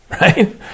right